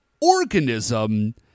organism